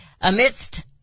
Amidst